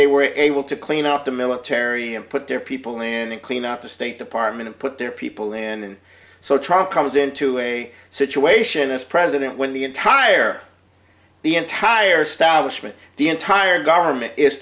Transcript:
they were able to clean up the military and put their people in and clean up the state department put their people in so truck comes into a situation as president when the entire the entire stylishly the entire government is